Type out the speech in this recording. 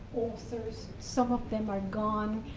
authors, some of them are gone,